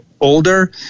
older